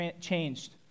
changed